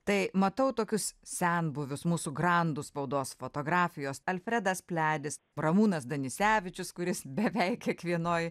tai matau tokius senbuvius mūsų grandus spaudos fotografijos alfredas pliadis ramūnas danisevičius kuris beveik kiekvienoj